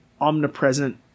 omnipresent